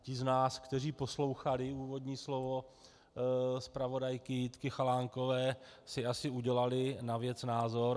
Ti z nás, kteří poslouchali úvodní slovo zpravodajky Jitky Chalánkové, si asi udělali na věc názor.